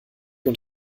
und